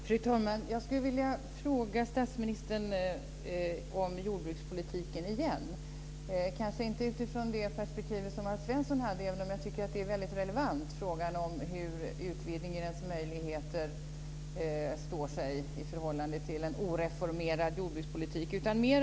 Fru talman! Jag skulle återigen vilja fråga statsministern om jordbrukspolitiken, kanske inte i det perspektiv som Alf Svensson anlade, även om jag tycker att frågan om utvidgningens möjligheter i förhållande till en oreformerad jordbrukspolitik är väldigt relevant.